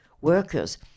workers